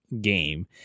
game